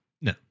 No